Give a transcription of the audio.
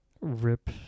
rip